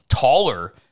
taller